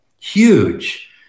huge